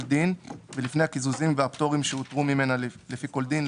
דין ולפני הקיזוזים והפטורים שהותרו ממנה לפי כל דין,